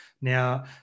Now